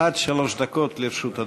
עד שלוש דקות לרשות אדוני.